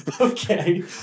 Okay